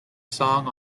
song